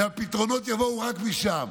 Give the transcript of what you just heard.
והפתרונות יבואו רק משם.